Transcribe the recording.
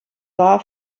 war